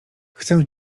chcę